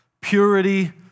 purity